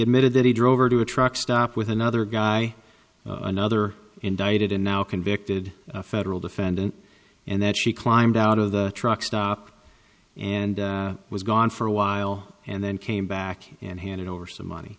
admitted that he drove her to a truck stop with another guy another indicted and now convicted a federal defendant and that she climbed out of the truck stopped and was gone for a while and then came back and handed over some money